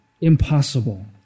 impossible